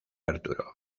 arturo